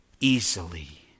easily